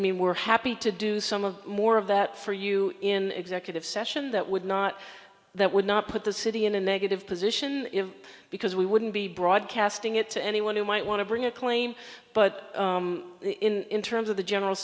mean we're happy to do some of more of that for you in executive session that would not that would not put the city in a negative position because we wouldn't be broadcasting it to anyone who might want to bring a claim but in terms of the general